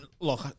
look